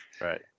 Right